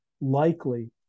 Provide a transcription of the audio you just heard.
likely